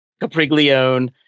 Capriglione